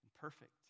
perfect